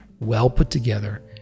well-put-together